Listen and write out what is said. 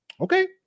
Okay